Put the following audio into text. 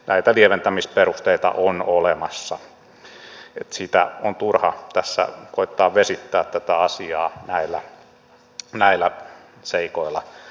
näitä lieventämisperusteita on olemassa niin että on turha tässä koettaa vesittää tätä asiaa näillä seikoilla